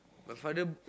my father